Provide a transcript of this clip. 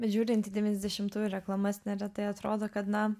bet žiūrint į devyniasdešimtųjų reklamas neretai atrodo kad na